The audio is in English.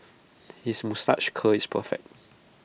his moustache curl is perfect